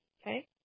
Okay